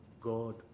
God